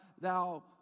thou